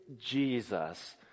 Jesus